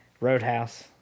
Roadhouse